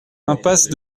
impasse